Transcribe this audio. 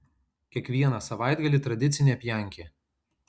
kiekvieną savaitgalį tradicinė pjankė